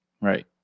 Right